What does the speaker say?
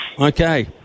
Okay